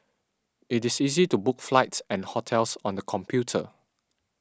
it is easy to book flights and hotels on a computer